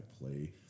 play